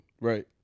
right